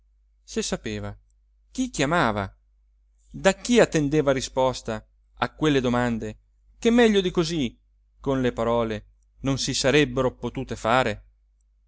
se sapeva chi chiamava da chi attendeva risposta a quelle domande che meglio di così con le parole non si sarebbero potute fare